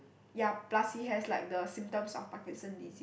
ya plus he has like the symptoms of Parkinson disea~